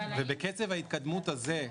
ובקצב ההתקדמות הזה,